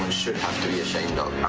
should have to be ashamed of.